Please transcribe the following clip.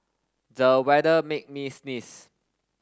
the weather made me sneeze